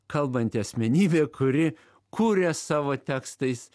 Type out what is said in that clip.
kalbanti asmenybė kuri kuria savo tekstais